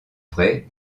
vrai